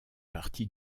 partie